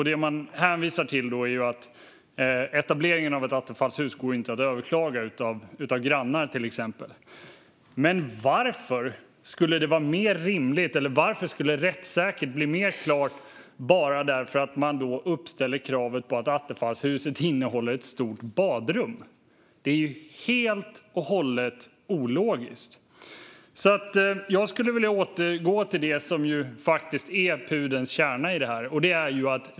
Det man hänvisar till är att etableringen av ett attefallshus inte går att överklaga av till exempel grannar. Men varför skulle rättsläget bli mer klart bara för att man uppställer kravet på att attefallshuset innehåller ett stort badrum? Det är helt och hållet ologiskt. Jag skulle vilja återgå till det som är pudelns kärna i detta.